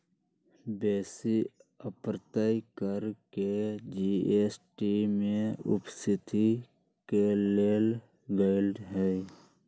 बेशी अप्रत्यक्ष कर के जी.एस.टी में उपस्थित क लेल गेलइ ह्